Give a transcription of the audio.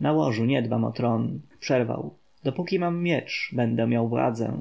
na łożu nie dbam o tron przerwał dopóki mam miecz będę miał władzę